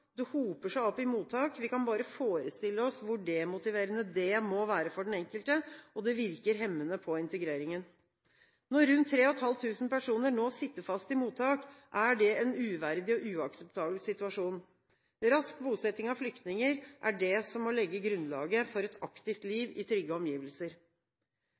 det hoper seg opp i mottak. Vi kan bare forestille oss hvor demotiverende det må være for den enkelte, og det virker hemmende på integreringen. Når rundt 3 500 personer nå sitter fast i mottak, er det en uverdig og uakseptabel situasjon. Rask bosetting av flyktninger er det som må legge grunnlaget for et aktivt liv i trygge omgivelser.